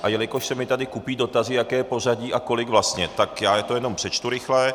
A jelikož se mi tady kupí dotazy, jaké pořadí a kolik vlastně, tak já to jenom přečtu rychle.